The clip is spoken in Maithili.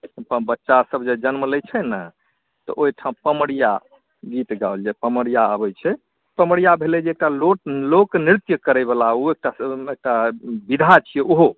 एतय बच्चासभ जे जन्म लैत छै ने तऽ ओहिठाम पमरिआ गीत गाओल जाइत छै पमरिआ अबैत छै पमरिआ भेलै जे एकटा लोकनृत्य करयवला ओ एकटा विधा छी ओहो